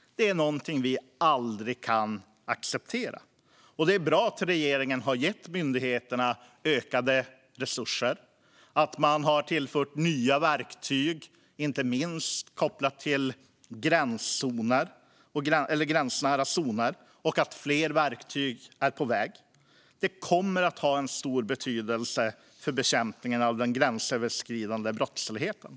Detta är något vi aldrig kan acceptera, och det är bra att regeringen har gett myndigheterna ökade resurser under de senaste åren och att man har tillfört nya verktyg, inte minst kopplat till gränsnära zoner, och att fler verktyg är på väg. Det kommer att ha stor betydelse för bekämpningen av den gränsöverskridande brottsligheten.